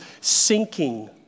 sinking